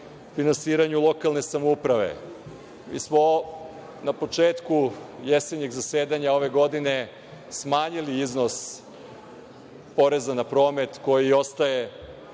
finansiranju lokalne samouprave. Mi smo na početku jesenjeg zasedanja ove godine smanjili iznos poreza na promet koji ostaje